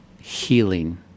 Healing